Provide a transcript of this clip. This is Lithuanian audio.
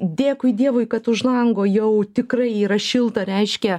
dėkui dievui kad už lango jau tikrai yra šilta reiškia